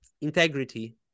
integrity